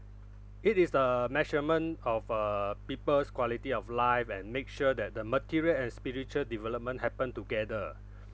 it is the measurement of uh people's quality of life and make sure that the material and spiritual development happen together